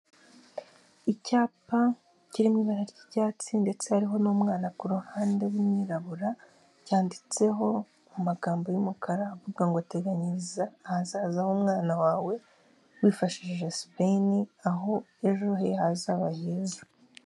Icyapa kiri mu ibara ry'icyatsi ndetse hariho n'umwana ku ruhande w'umwirabura, cyanditseho magambo y'umukara avuga ngo teganyiriza ahazaza h'umwana wawe wifashishije sipeni aho ejo he hazaba heza.